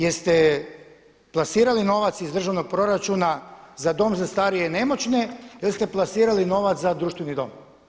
Jeste plasirali novac iz državnog proračuna za Dom za starije i nemoćne ili ste plasirali novac za društveni dom?